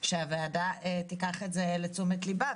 שהוועדה תיקח את זה לתשומת לבה.